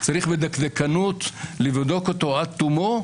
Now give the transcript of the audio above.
צריך בדקדקנות לבדוק אותו עד תומו,